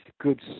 good